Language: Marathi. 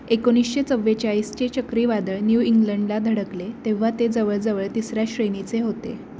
एकोणीसशे चव्वेचाळीसचे चक्रीवादळ न्यू इंग्लंडला धडकले तेव्हा ते जवळजवळ तिसऱ्या श्रेणीचे होते